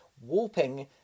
Warping